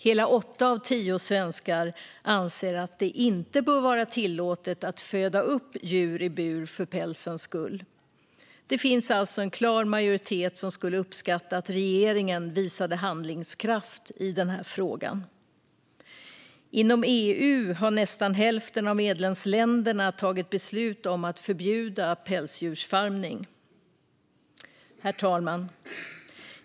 Hela åtta av tio svenskar anser att det inte bör vara tillåtet att föda upp djur i bur för pälsens skull. Det finns alltså en klar majoritet som skulle uppskatta att regeringen visade handlingskraft i den här frågan. Inom EU har nästan hälften av medlemsländerna tagit beslut om att förbjuda pälsdjursfarmning. Herr talman!